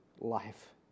life